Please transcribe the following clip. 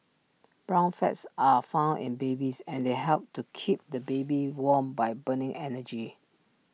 brown fats are found in babies and they help to keep the baby warm by burning energy